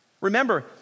Remember